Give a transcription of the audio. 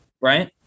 right